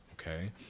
Okay